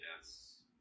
Yes